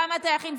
גם הטייחים.